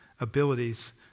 abilities